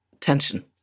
tension